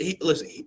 Listen